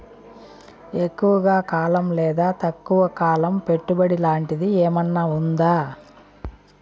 ఎక్కువగా కాలం లేదా తక్కువ కాలం పెట్టుబడి లాంటిది ఏమన్నా ఉందా